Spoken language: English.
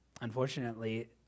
Unfortunately